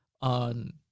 on